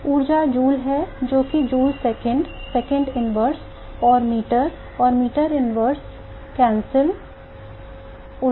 ऊर्जा जूल है क्योंकि जूल सेकेंड सेकेंड इनवर्स और मीटर और मीटर इनवर्स कैंसिल आउट